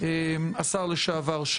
השר לשעבר.